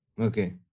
Okay